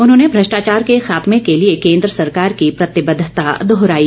उन्होंने भ्रष्टाचार के खातमे के लिए केन्द्र सरकार की प्रतिबद्धता दोहराई